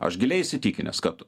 aš giliai įsitikinęs kad